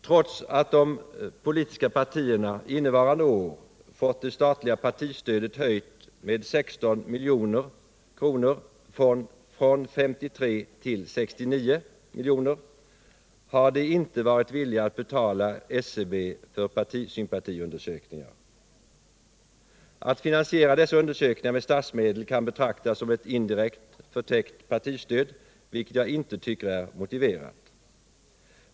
Trots att de politiska partierna innevarande år fått det statliga partistödet höjt med 16 milj.kr., från 53 till 69 milj.kr., har de inte varit villiga att betala SCB för partisympatiundersökningar. Att finansiera dessa undersökningar med statsmedel kan betraktas som ett indirekt, förtäckt partistöd, vilket jag inte tycker är motiverat.